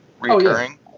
recurring